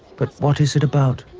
but what is it about?